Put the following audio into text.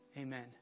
Amen